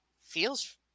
feels